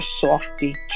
Softy